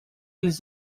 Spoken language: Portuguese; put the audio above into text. eles